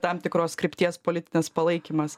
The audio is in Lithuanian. tam tikros krypties politinis palaikymas